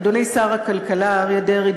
אדוני שר הכלכלה אריה דרעי,